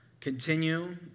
continue